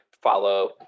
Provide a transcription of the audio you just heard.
follow